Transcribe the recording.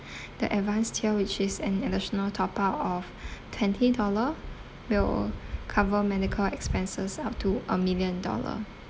the advanced tier which is an additional top up of twenty dollar will cover medical expenses up to a million dollar